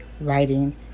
writing